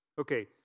Okay